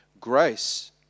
Grace